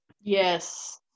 Yes